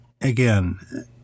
again